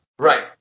Right